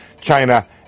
China